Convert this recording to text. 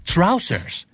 Trousers